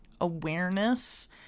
awareness